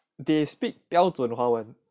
they speak 标准华文